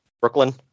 Brooklyn